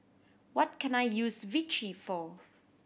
what can I use Vichy for